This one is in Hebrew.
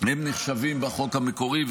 הם נחשבים בחוק המקורי.